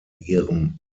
ihrem